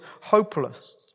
hopeless